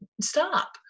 Stop